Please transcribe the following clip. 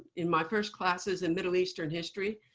in my first classes in middle eastern history,